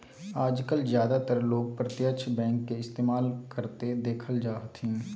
आजकल ज्यादातर लोग प्रत्यक्ष बैंक के इस्तेमाल करते देखल जा हथिन